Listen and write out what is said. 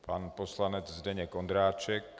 Pan poslanec Zdeněk Ondráček.